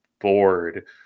bored